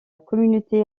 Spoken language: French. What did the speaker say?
communauté